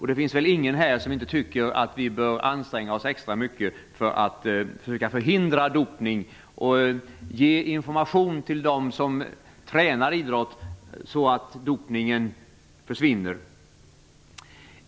Det finns väl ingen här som inte tycker att vi bör anstränga oss extra mycket och försöka förhindra dopning och även ge information till dem som tränar idrott, så att dopningen försvinner.